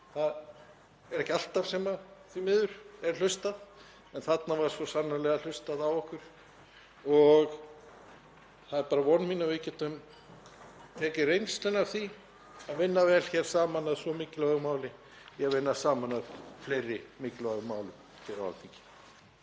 Það er ekki alltaf, því miður, sem er hlustað en þarna var svo sannarlega hlustað á okkur. Það er von mín að við getum nýtt reynsluna af því að vinna vel saman að svo mikilvægu máli í að vinna saman að fleiri mikilvægum málum hér á Alþingi.